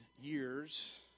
years